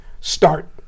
start